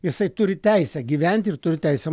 jisai turi teisę gyventi ir turi teisę